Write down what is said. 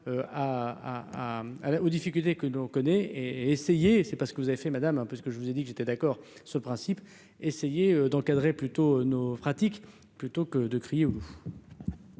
aux difficultés que nous on connaît essayer, c'est parce que vous avez fait madame un peu ce que je vous ai dit que j'étais d'accord ce principe essayer d'encadrer plutôt nos pratiques plutôt que de crier. Donc